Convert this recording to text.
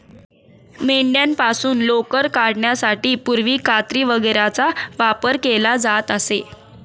मेंढ्यांपासून लोकर काढण्यासाठी पूर्वी कात्री वगैरेचा वापर केला जात असे